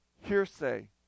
hearsay